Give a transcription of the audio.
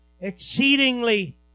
exceedingly